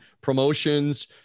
Promotions